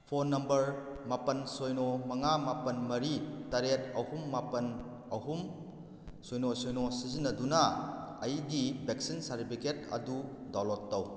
phone number ꯃꯥꯄꯜ ꯁꯤꯅꯣ ꯃꯉꯥ ꯃꯥꯄꯜ ꯃꯔꯤ ꯇꯔꯦꯠ ꯑꯍꯨꯝ ꯃꯥꯄꯜ ꯑꯍꯨꯝ ꯁꯤꯅꯣ ꯁꯤꯅꯣ ꯁꯤꯖꯤꯟꯅꯗꯨꯅ ꯑꯩꯒꯤ ꯚꯦꯛꯁꯤꯟ ꯁꯥꯔꯇꯤꯐꯤꯀꯦꯠ ꯑꯗꯨ ꯗꯥꯎꯟꯂꯣꯗ ꯇꯧ